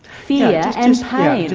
fear and pain.